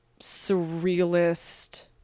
surrealist